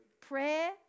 Prayer